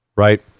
Right